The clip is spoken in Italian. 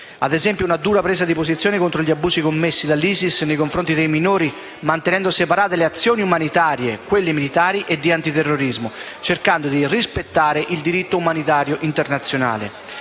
ad esempio una dura presa di posizione contro gli abusi commessi dall'ISIS nei confronti dei minori, mantenendo separate le azioni umanitarie da quelle militari e di antiterrorismo, cercando di rispettare il più possibile il diritto umanitario internazionale.